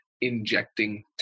injecting